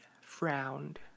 frowned